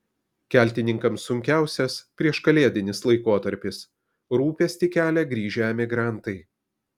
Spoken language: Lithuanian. keltininkams sunkiausias prieškalėdinis laikotarpis rūpestį kelia grįžę emigrantai